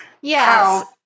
Yes